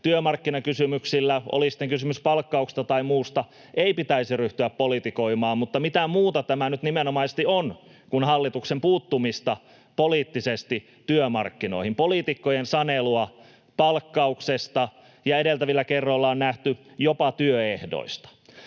työmarkkinakysymyksillä, oli sitten kysymys palkkauksesta tai muusta, ei pitäisi ryhtyä politikoimaan. Mutta mitä muuta tämä nyt nimenomaisesti on kuin hallituksen puuttumista poliittisesti työmarkkinoihin, poliitikkojen sanelua palkkauksesta ja — edeltävillä kerroilla on nähty — jopa työehdoista?